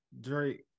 Drake